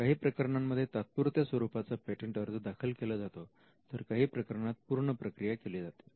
काही प्रकरणांमध्ये तात्पुरत्या स्वरूपाचा पेटंट अर्ज दाखल केला जातो तर काही प्रकरणात पूर्ण प्रक्रिया केली जाते